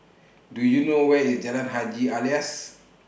Do YOU know Where IS Jalan Haji Alias